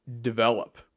develop